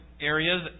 areas